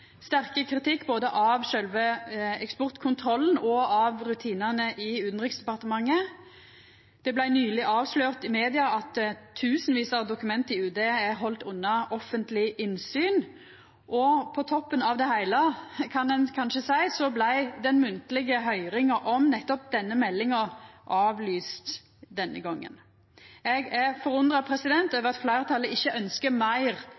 sterke kritikk av både sjølve eksportkontrollen og av rutinane i Utanriksdepartementet, det blei nyleg avslørt i media at tusenvis av dokument i UD er haldne unna offentleg innsyn, og på toppen av det heile – kan ein kanskje seia – blei den munnlege høyringa om nettopp denne meldinga avlyst denne gongen. Eg er forundra over at fleirtalet ikkje ønskjer meir